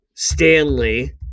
stanley